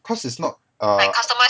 cause is not err